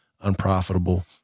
unprofitable